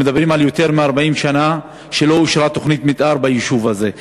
אנחנו מדברים על יותר מ-40 שנה שלא אושרה תוכנית מתאר ביישוב הזה.